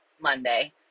Monday